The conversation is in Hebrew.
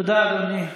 תודה, אדוני.